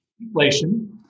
Inflation